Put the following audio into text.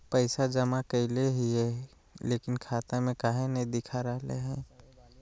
पैसा जमा कैले हिअई, लेकिन खाता में काहे नई देखा रहले हई?